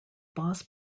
boss